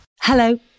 Hello